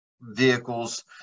vehicles